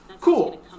Cool